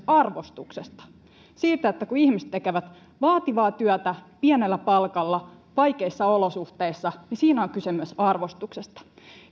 arvostuksesta kun ihmiset tekevät vaativaa työtä pienellä palkalla vaikeissa olosuhteissa niin siinä on kyse myös arvostuksesta